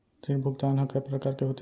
ऋण भुगतान ह कय प्रकार के होथे?